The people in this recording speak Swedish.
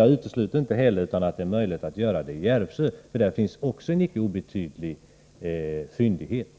Jag utesluter inte heller att det är möjligt att bryta vanadin i Järvsö, eftersom det finns en icke obetydlig fyndighet även där. Herr talman!